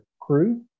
CREW